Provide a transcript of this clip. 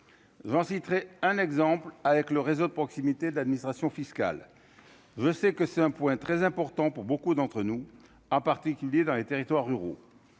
années citerai un exemple avec le réseau de proximité de l'administration fiscale veut, c'est que c'est un point très important pour beaucoup d'entre nous, en particulier dans les territoires ruraux,